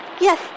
Yes